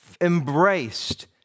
embraced